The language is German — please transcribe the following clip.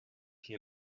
hier